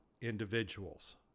individuals